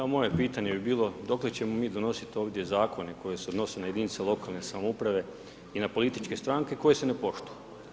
Pa moje pitanje bi bilo dokle ćemo mi donositi ovdje Zakone koji se odnose na jedinice lokalne samouprave i na političke stranke, koje se ne poštuju?